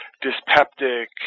dyspeptic